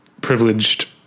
privileged